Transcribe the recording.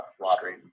lottery